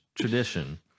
tradition